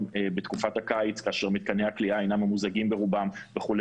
בתקופת הקיץ כאשר מתקני הכליאה אינם ממוזגים ברובם וכו'.